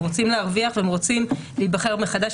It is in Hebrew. הם רוצים להרוויח והם רוצים להיבחר מחדש,